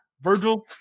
Virgil